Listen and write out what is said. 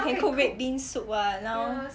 I can cook red bean soup what now